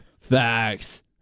Facts